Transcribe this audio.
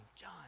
john